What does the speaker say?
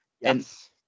Yes